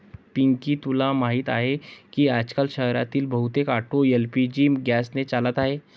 पिंकी तुला माहीत आहे की आजकाल शहरातील बहुतेक ऑटो एल.पी.जी गॅसने चालत आहेत